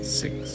six